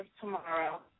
tomorrow